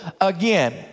again